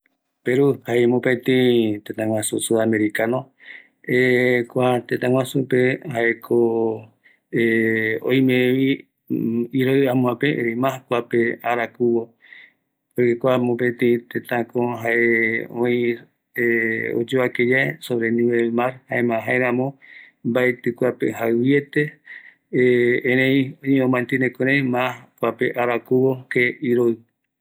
Kua tëtäpe oïme arakuvo, oïme ïrü arareta iroɨva, jare arakuvo, kua tëtä jaeko amazonicovi, jaema öime iro, arakuvo, jare ama iara, ikavi yae vi